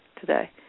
today